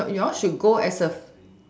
sure you all should go as a